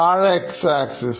താഴെ X Axis